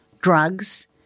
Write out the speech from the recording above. drugs